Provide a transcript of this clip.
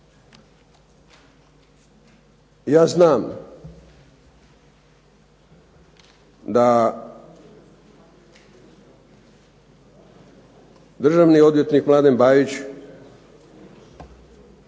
Ja znam da državni odvjetnik Mladen Bajić